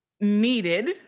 needed